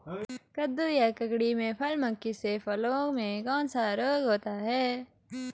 कद्दू या ककड़ी में फल मक्खी से फलों में कौन सा रोग होता है?